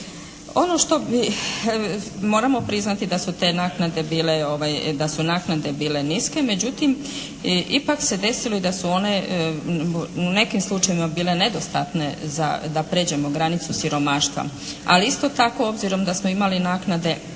Ono što moramo priznati da su te naknade bile niske, međutim ipak se desilo i da su one u nekim slučajevima bile nedostatne da prijeđemo granicu siromaštva. Ali isto tako, obzirom da smo imali naknade na